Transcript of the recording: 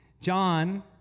John